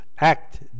act